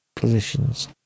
positions